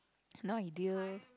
no idea